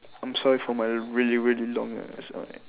I'm sorry for my really really long ass story